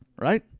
right